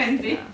ya